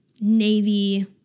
navy